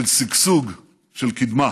של שגשוג, של קדמה.